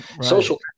social